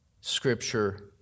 scripture